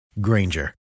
Granger